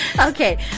Okay